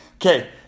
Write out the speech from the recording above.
Okay